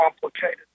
complicated